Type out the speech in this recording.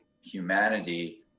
humanity